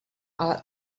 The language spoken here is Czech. ale